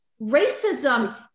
Racism